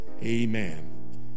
Amen